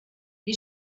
you